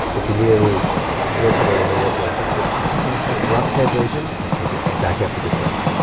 if you need any jokes about america. ok rough translation. i can think of some. back after this break